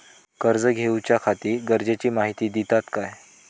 कर्ज घेऊच्याखाती गरजेची माहिती दितात काय?